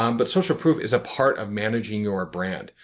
um but social proof is a part of managing your brand.